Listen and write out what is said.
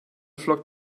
flockt